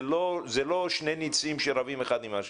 זה לא שני ניצים שרבים אחד עם השני.